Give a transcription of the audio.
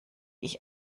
ich